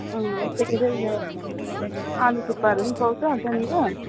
अँ यस्तो के अरे ऊ यो आलु थुक्पाहरू पनि पाउँछ त्यहाँनिर